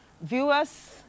viewers